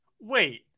Wait